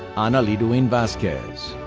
ana lidoine vazquez.